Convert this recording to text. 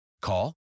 Call